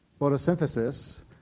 Photosynthesis